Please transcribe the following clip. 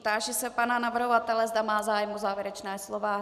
Táži se pana navrhovatele, zda má zájem o závěrečné slovo.